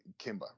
Kimba